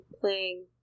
playing